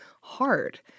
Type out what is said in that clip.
hard